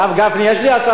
רגישות